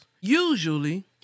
usually